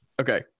Okay